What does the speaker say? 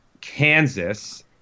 Kansas